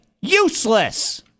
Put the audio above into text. Useless